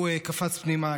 הוא קפץ פנימה,